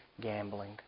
gambling